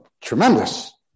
tremendous